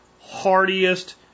hardiest